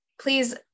please